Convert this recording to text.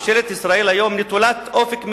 ממשלת ישראל היום נטולת אופק מדיני,